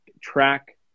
track